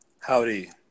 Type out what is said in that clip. Howdy